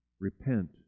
Repent